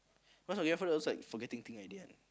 ya then my grandfather was like forgetting thing already ah